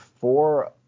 four